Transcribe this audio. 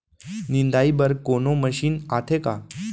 निंदाई बर कोनो मशीन आथे का?